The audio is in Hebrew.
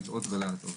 לטעות ולהטעות.